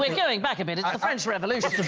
like going back a bit. it's the french revolution